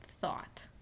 thought